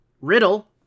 Riddle